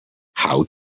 how